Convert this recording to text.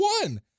one